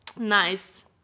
Nice